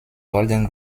golden